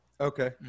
Okay